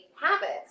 habits